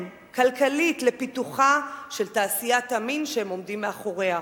כלכלית לפיתוחה של תעשיית המין שהם עומדים מאחוריה.